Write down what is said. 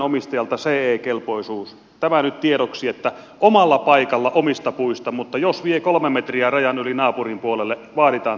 tämä nyt tiedoksi että omalla paikalla omista puista mutta jos vie kolme metriä rajan yli naapurin puolelle vaaditaan tämä ce hyväksyntä